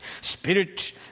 Spirit